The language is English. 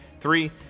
Three